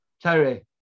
Terry